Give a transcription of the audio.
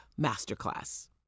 Masterclass